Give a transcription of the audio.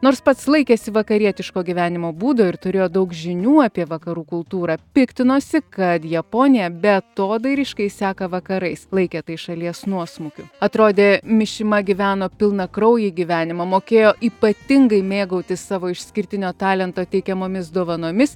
nors pats laikėsi vakarietiško gyvenimo būdo ir turėjo daug žinių apie vakarų kultūrą piktinosi kad japonija beatodairiškai seka vakarais laikė tai šalies nuosmukiu atrodė mišima gyveno pilnakraujį gyvenimą mokėjo ypatingai mėgautis savo išskirtinio talento teikiamomis dovanomis